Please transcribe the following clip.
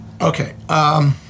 Okay